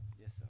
Yes